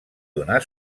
donar